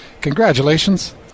congratulations